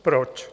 Proč?